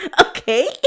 okay